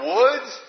Woods